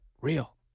real